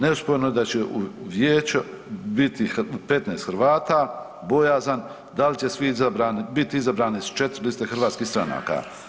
Neosporno je da će u vijeću biti 15 Hrvata, bojazan dal će svi izabrani, bit izabrani s 4 liste hrvatskih stranaka.